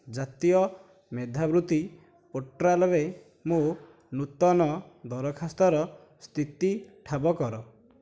ଜାତୀୟ ମେଧାବୃତ୍ତି ପୋର୍ଟାଲରେ ମୋ' ନୂତନ ଦରଖାସ୍ତର ସ୍ଥିତି ଠାବ କର